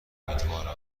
امیدوارم